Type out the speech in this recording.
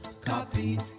copy